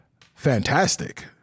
fantastic